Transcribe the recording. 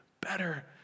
better